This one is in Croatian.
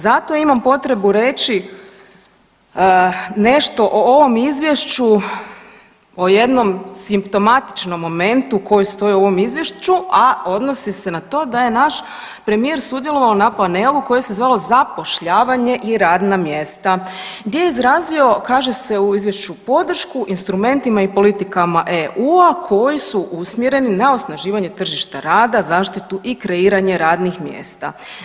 Zato imam potrebu reći nešto o ovom izvješću o jednom simptomatičnom momentu koji stoji u ovom izvješću, a odnosi se na to da je naš premijer sudjelovao na panelu koji se zvalo „zapošljavanje i radna mjesta“ gdje je izrazio kaže se u izvješću podršku instrumentima i politikama EU koji su usmjereni na osnaživanje tržišta rada, zaštitu i kreiranje radnih mjesta.